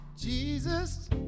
Jesus